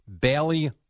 Bailey